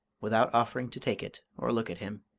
without offering to take it or look at him